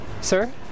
Sir